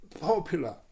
popular